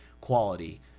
quality